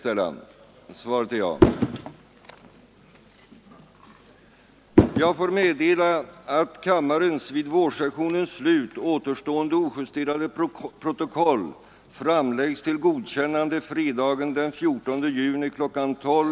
Ärade kammarledamöter!